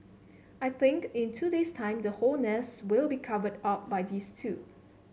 I think in two days time the whole nest will be covered up by these two